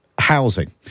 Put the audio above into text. housing